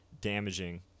damaging